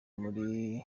muri